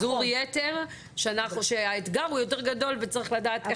אבל פה יש באמת ביזור יתר שהאתגר הוא יותר גדול וצריך לדעת איך.